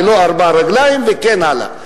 ולו ארבע רגליים" וכן הלאה.